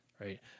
right